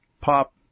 Pop